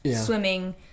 swimming